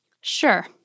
Sure